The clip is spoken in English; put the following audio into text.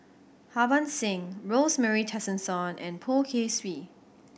Harbans Singh Rosemary Tessensohn and Poh Kay Swee